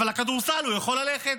אבל לכדורסל הוא יכול ללכת.